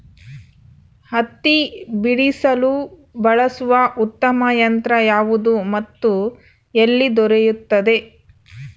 ಹತ್ತಿ ಬಿಡಿಸಲು ಬಳಸುವ ಉತ್ತಮ ಯಂತ್ರ ಯಾವುದು ಮತ್ತು ಎಲ್ಲಿ ದೊರೆಯುತ್ತದೆ?